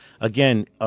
Again